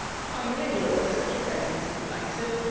filing law under subject headings, if you like. so,